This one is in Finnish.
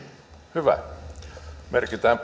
hyvä merkitään